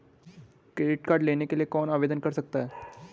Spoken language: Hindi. क्रेडिट कार्ड लेने के लिए कौन आवेदन कर सकता है?